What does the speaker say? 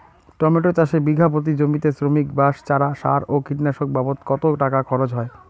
Tomato চাষে বিঘা প্রতি জমিতে শ্রমিক, বাঁশ, চারা, সার ও কীটনাশক বাবদ কত টাকা খরচ হয়?